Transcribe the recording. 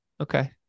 Okay